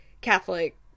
Catholic